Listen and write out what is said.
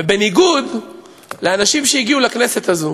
ובניגוד לאנשים שהגיעו לכנסת הזאת,